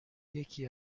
یکی